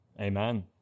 Amen